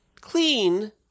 Clean